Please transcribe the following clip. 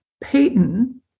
Payton